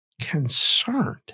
Concerned